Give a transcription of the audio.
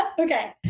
Okay